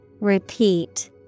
Repeat